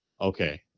okay